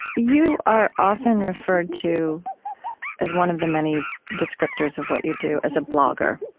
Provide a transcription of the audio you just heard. you are often referred to as one of the many descriptors of what you do as a blogger.